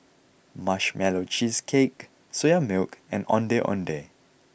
Marshmallow Cheesecake Soya Milk and Ondeh Ondeh